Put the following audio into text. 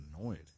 annoyed